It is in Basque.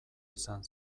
izan